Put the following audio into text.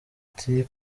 ati